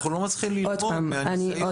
אנחנו לא מצליחים ללמוד מהניסיון.